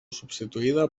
substituïda